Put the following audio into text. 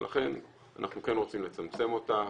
לכן אנחנו כן רוצים לצמצם אותה.